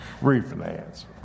refinance